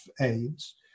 AIDS